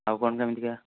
ଆଉ କ'ଣ କେମିତିକା